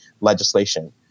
legislation